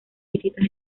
distintas